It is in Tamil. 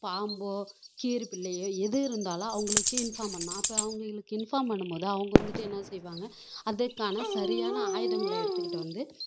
பாம்போ கீரிப்பிள்ளையோ ஏது இருந்தாலும் அவர்களுக்கு இன்ஃபார்ம் பண்ணிணா இப்போ அவர்களுக்கு இன்ஃபார்ம் பண்ணும் போது அவங்க வந்துட்டு என்னா செய்வாங்க அதற்கான சரியான ஆயுதங்கள எடுத்துக்கிட்டு வந்து